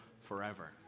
forever